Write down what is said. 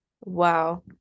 wow